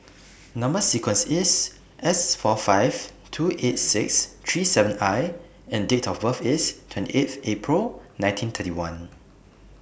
Number sequence IS S four five two eight six three seven I and Date of birth IS twenty eighth April nineteen thirty one